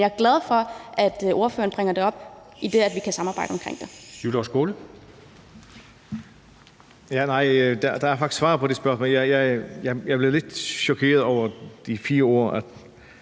jeg er glad for, at spørgeren bringer det op, i forhold til at vi kan samarbejde omkring det.